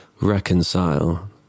reconcile